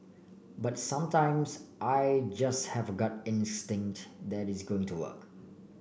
but sometimes I just have gut instinct that it's going to work